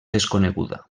desconeguda